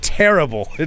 Terrible